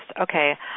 Okay